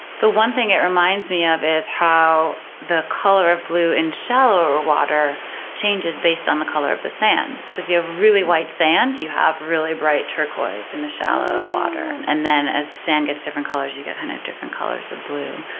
the one thing it reminds me of is how the color of blue in shallower water changes based on the color of the sand. so if you have really white sand, you you have really bright turquoise in the shallow water, and then as the sand gets different colors, you get different colors of blue.